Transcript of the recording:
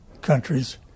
countries